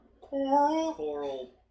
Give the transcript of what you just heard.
Coral